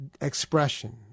expression